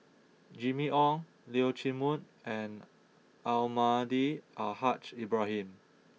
Jimmy Ong Leong Chee Mun and Almahdi Al Haj Ibrahim